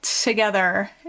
together